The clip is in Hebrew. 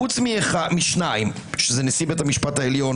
חוץ משניים, שזה נשיא בית המשפט העליון